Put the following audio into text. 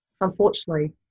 unfortunately